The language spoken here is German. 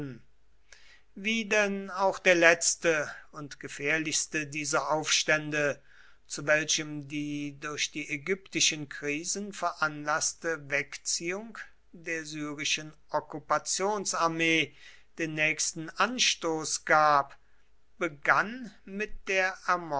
wie denn auch der letzte und gefährlichste dieser aufstände zu welchem die durch die ägyptischen krisen veranlaßte wegziehung der syrischen okkupationsarmee den nächsten anstoß gab begann mit der